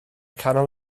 canol